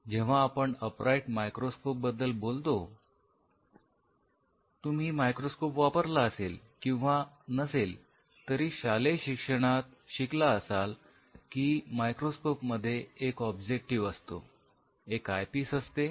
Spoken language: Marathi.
जेव्हा आपण अपराईट मायक्रोस्कोप बद्दल बोलतो तुम्ही मायक्रोस्कोप वापरला असेल किंवा नसेल तरी शालेय शिक्षणात शिकला असाल की मायक्रोस्कोप मध्ये एक ऑब्जेक्टिव असतो एक आयपीस असते